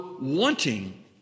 wanting